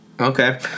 Okay